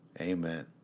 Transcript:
Amen